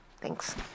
thanks